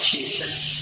Jesus